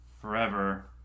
forever